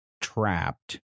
trapped